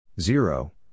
Zero